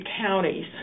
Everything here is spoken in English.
counties